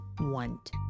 want